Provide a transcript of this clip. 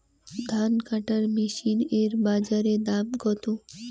ধান কাটার মেশিন এর বাজারে দাম কতো?